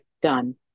done